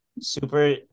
Super